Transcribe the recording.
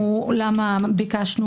אומר למה ביקשנו